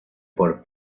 por